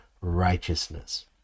righteousness